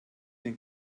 den